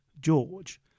George